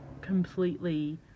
completely